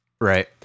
Right